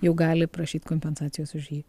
jau gali prašyt kompensacijos už jį